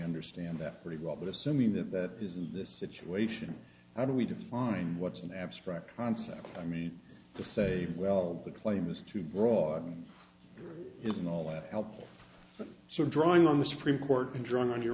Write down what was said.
understand that very well but assuming that that is in this situation how do we define what's an abstract concept i mean to say well the claim is too broad isn't all that helpful so drawing on the supreme court and drawing on your